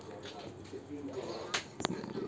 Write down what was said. mm